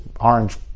orange